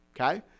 okay